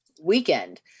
weekend